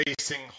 facing